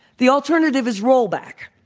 the alternative is roll-back.